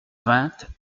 vingt